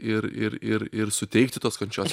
ir ir ir ir suteikti tos kančios